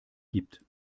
gibt